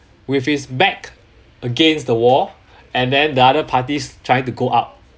with his back against the wall and then the other parties trying to go up